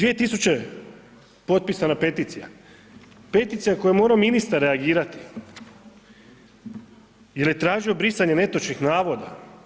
2000. potpisana peticija, peticija na koju je moramo ministar reagirati jer je tražio brisanje netočnih navoda.